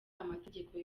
amategeko